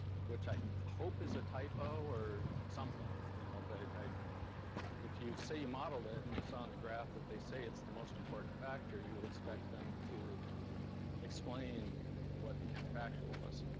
which i hope is a typo or something. you know but if you say you modeled it, and you saw on the graph that they say it's the most important factor, you would expect them to explain what the counterfactual was.